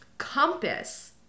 compass